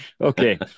Okay